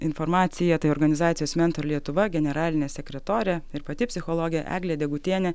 informaciją tai organizacijos mentor lietuva generalinė sekretorė ir pati psichologė eglė degutienė